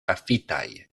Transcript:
pafitaj